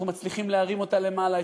אנחנו מצליחים להרים אותה למעלה,